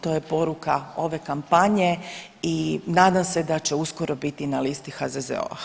To je poruka ove kampanje i nadam se da će uskoro biti na listi HZZO-a.